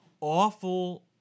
awful